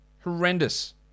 Horrendous